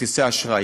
כרטיסי האשראי.